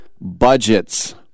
budgets